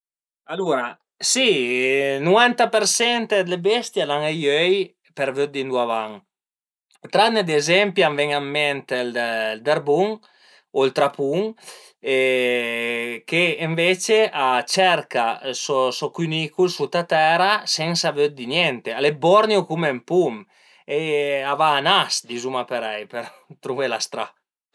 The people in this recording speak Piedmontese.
Si nuvanta persent d'le bestie al a i öi për vëddi ëndua a van, tranne ad ezempi a m'ven ën ment ël derbun o ël trapun che ënvece a cerca so so cünicul sut a tera sensa vëddi niente, al e borgnu cum ën pum e a va a nas dizuma parei për truvé la stra